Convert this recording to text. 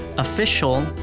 Official